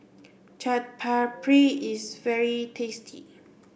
Chaat Papri is very tasty